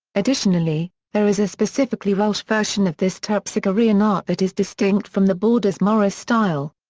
additionally, there is a specifically welsh version of this terpsichorean art that is distinct from the borders morris style.